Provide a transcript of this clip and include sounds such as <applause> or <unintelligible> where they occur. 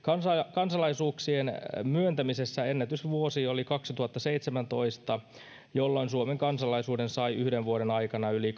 kansalaisuuksien myöntämisessä ennätysvuosi oli kaksituhattaseitsemäntoista jolloin suomen kansalaisuuden sai yhden vuoden aikana yli <unintelligible>